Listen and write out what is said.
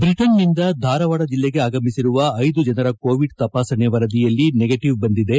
ಬ್ರಿಟನ್ನಿಂದ ಧಾರವಾಡ ಜಿಲ್ಲೆಗೆ ಆಗಮಿಸಿರುವ ಐದು ಜನರ ಕೋವಿಡ್ ತಪಾಸಣೆ ವರದಿಯಲ್ಲಿ ನೆಗೆಟವ್ ಬಂದಿದೆ